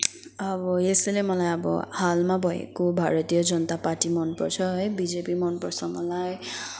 अब यसैले मलाई अब हालमा भएको भारतीय जनता पार्टी मनपर्छ है बिजेपी मनपर्छ मलाई